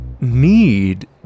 need